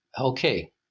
okay